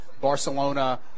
Barcelona